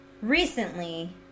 recently